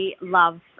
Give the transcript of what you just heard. love